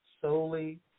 solely